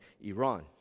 Iran